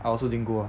I also didn't go ah